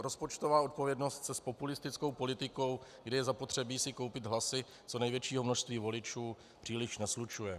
Rozpočtová odpovědnost se s populistickou politikou, kdy je zapotřebí si koupit hlasy co největšího množství voličů, příliš neslučuje.